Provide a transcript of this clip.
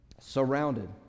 surrounded